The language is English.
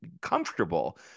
comfortable